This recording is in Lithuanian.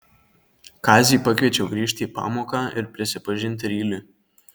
kazį pakviečiau grįžti į pamoką ir prisipažinti ryliui